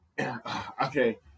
okay